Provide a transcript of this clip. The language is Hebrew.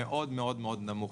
מאוד מאוד נמוך.